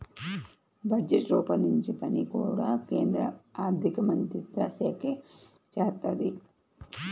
budget రూపొందించే పని కూడా కేంద్ర ఆర్ధికమంత్రిత్వశాఖే చేత్తది